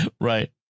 Right